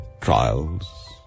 trials